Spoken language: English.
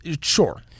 sure